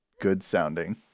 good-sounding